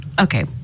okay